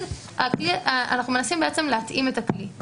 אנחנו מנסים להתאים את הכלי.